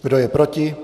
Kdo je proti?